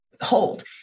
hold